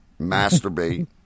masturbate